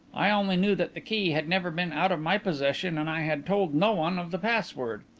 i only knew that the key had never been out of my possession and i had told no one of the password.